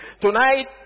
Tonight